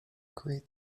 create